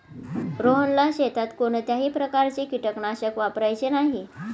रोहनला शेतात कोणत्याही प्रकारचे कीटकनाशक वापरायचे नाही